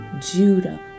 Judah